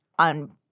on